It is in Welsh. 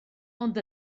ond